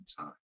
time